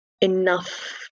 enough